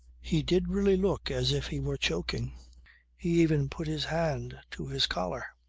he did really look as if he were choking. he even put his hand to his collar.